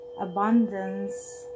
abundance